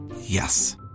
Yes